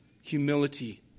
humility